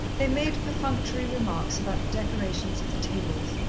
they made perfunctory remarks about the decorations of the tables,